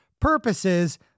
purposes